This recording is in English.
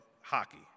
hockey